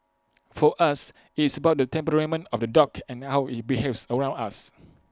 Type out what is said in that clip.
for us its about the temperament of the dog and how IT behaves around us